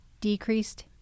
decreased